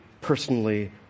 personally